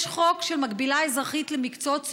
יש חוק של מקבילה אזרחית למקצועות צבאיים,